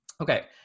Okay